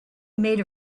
made